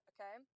Okay